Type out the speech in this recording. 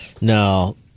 No